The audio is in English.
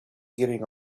getting